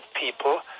people